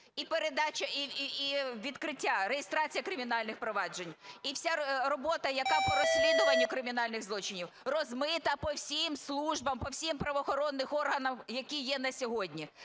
і відкриття, реєстрація кримінальних проваджень, і вся робота, яка по розслідуванню кримінальних злочинів, розмита по всім службам, по всім правоохоронним органам, які є на сьогодні.